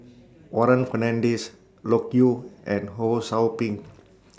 Warren Fernandez Loke Yew and Ho SOU Ping